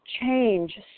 change